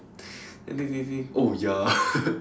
then think think think oh ya